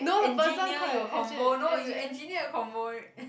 engineer your convo no you engineer your convo